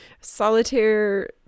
solitaire